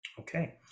okay